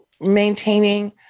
maintaining